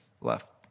left